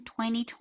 2020